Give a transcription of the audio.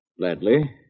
Gladly